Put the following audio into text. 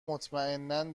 مطمئنا